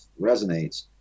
resonates